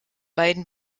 beiden